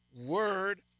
Word